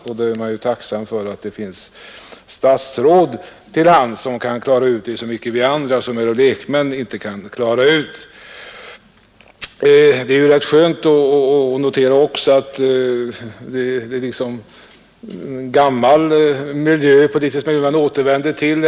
Därför är man tacksam att det finns statsråd till hands som kan hjälpa oss lekmän att klara ut begreppen. Det är också skönt att notera att vi nu har återvänt till gammal miljö.